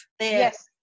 Yes